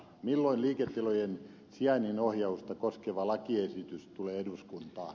milloin liiketilojen sijainnin ohjausta koskeva lakiesitys tulee eduskuntaan